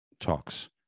talks